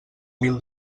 mil